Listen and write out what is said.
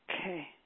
Okay